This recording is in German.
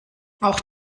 auch